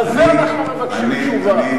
ועל זה אנחנו מבקשים תשובה.